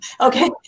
Okay